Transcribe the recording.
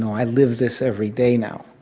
i live this every day now.